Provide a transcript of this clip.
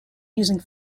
using